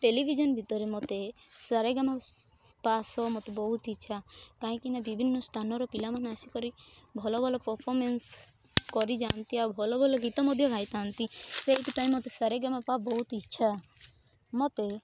television ଭିତରେ ମତେ Saregamapa show ମତେ ବହୁତ ଇଚ୍ଛା କାହିଁକି ନା ବିଭିନ୍ନ ସ୍ଥାନର ପିଲାମାନେ ଆସିକରି ଭଲ ଭଲ ପର୍ଫୋମେନ୍ସ କରିଯାନ୍ତି ଆଉ ଭଲ ଭଲ ଗୀତ ମଧ୍ୟ ଗାଇଥାନ୍ତି ସେଇଥିପାଇଁ ମତେ ସାରେଗାମାପା ବହୁତ ଇଚ୍ଛା ମତେ